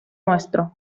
nuestro